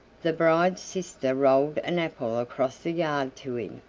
the bride's sister rolled an apple across the yard to him,